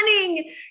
running